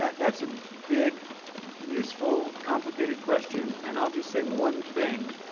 that's a big useful complicated question. and i'll just say one thing.